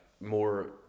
more